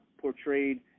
portrayed